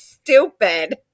stupid